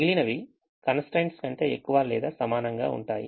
మిగిలినవి constraints కంటే ఎక్కువ లేదా సమానంగా ఉంటాయి